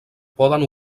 poden